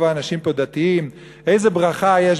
רוב האנשים פה דתיים,